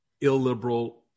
illiberal